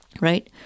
right